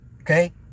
Okay